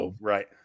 Right